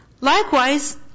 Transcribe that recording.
Likewise